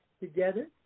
Together